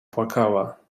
płakała